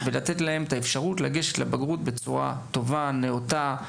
ולתת להם את האפשרות לגשת לבגרות בצורה טובה ונאותה,